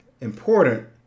important